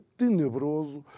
tenebroso